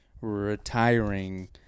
retiring